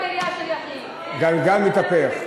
גלגל מתהפך.